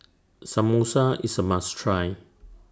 Samosa IS A must Try